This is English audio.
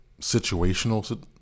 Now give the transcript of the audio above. situational